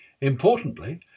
Importantly